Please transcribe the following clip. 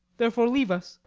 therefore leave us.